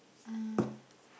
uh